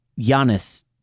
Giannis